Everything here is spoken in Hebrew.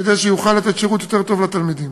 כדי שיוכל לתת שירות יותר טוב לתלמידים.